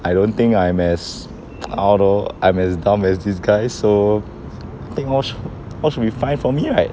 I don't think I'm as I don't know I'm as dumb as this guy so think all all should be fine for me right